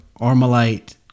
Armalite